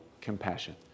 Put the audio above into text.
compassion